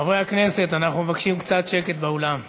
חברי הכנסת, אנחנו מבקשים קצת שקט באולם.